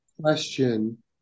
question